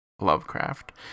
Lovecraft